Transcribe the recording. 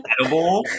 edible